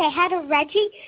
ah hi to reggie,